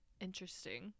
Interesting